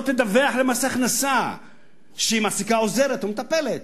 תדווח למס הכנסה שהיא מעסיקה עוזרת או מטפלת,